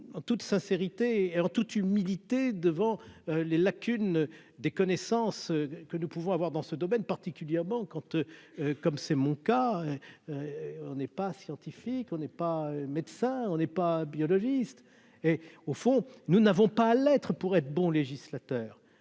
en toute sincérité et en toute humilité devant les lacunes des connaissances que nous pouvons avoir dans ce domaine, particulièrement quand, comme c'est mon cas, on n'est pas scientifique, on n'est pas médecin, on n'est pas biologiste et au fond, nous n'avons pas l'être pour être bon législateur